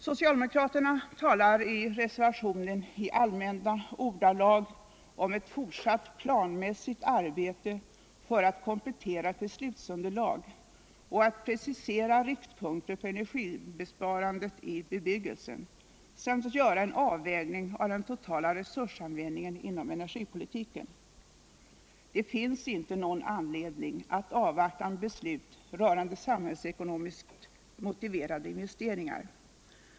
Socialdemokraterna talar i reservationen i allmänna ordalag om ”ett fortsatt planmissigt arbete för att komplettera ett beslutsunderlag” och att ”precisera riktpunkter för energisparandet i bebyggelsen” samt ”att göra en avvägning av den totala resursanvändningen inom energipolitiken”. Det finns inte någon anledning att avvakta med beslut rörande samhällsekonomiskt motiverade investeringar.